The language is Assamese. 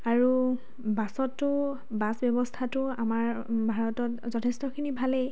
আৰু বাছতো বাছ ব্যৱস্থাটো আমাৰ ভাৰতত যথেষ্টখিনি ভালেই